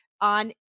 On